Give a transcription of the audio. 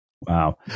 Wow